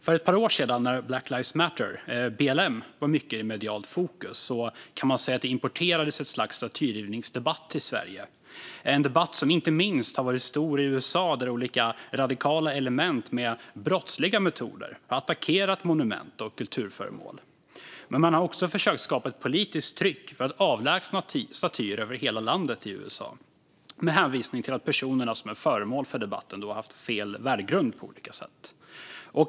För ett par år sedan, när Black Lives Matter, BLM, var mycket i medialt fokus, kan man säga att det importerades ett slags statyrivningsdebatt till Sverige. Det är en debatt som har varit stor inte minst i USA, där olika radikala element med brottsliga metoder attackerat monument och kulturföremål. Man har också i USA försökt skapa ett politiskt tryck för att avlägsna statyer över hela landet med hänvisning till att personerna som är föremål för debatten haft fel värdegrund på olika sätt.